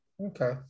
Okay